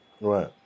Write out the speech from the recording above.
Right